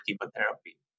chemotherapy